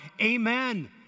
Amen